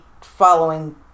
following